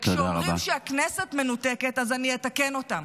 וכשאומרים שהכנסת מנותקת, אני אתקן אותם,